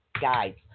guides